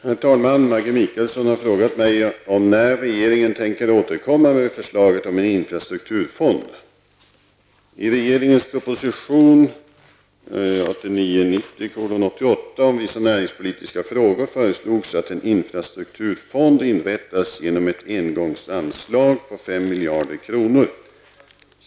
Herr talman! Maggi Mikaelsson har frågat mig om när regeringen tänker återkomma med förslaget om en infrastrukturfond. I regeringens proposition om vissa näringspolitiska frågor föreslogs att en infrastrukturfond inrättas genom ett engångsanslag på 5 miljarder kronor.